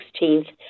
16th